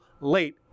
late